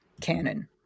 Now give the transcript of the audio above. canon